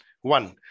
one